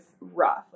rough